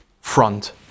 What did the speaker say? Front